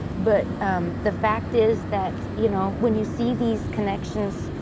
but um the fact is that, you know, when you see these connections,